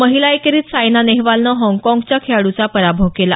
महिला एकेरीत सायना नेहवालनं हाँगकाँगच्या खेळाडूचा पराभव केला